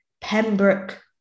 pembroke